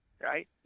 Right